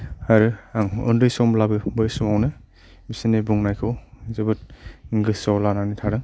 आरो आं उन्दै समब्लाबो बै समावनो बिसोरनि बुंनायखौ जोबोद गोसोआव लानानै थादों